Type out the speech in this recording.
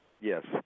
Yes